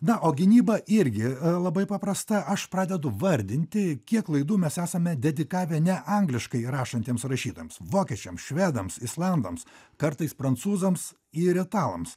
na o gynyba irgi labai paprasta aš pradedu vardinti kiek klaidų mes esame dedikavę ne angliškai rašantiems rašytojams vokiečiams švedams islandams kartais prancūzams ir italams